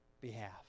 behalf